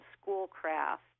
Schoolcraft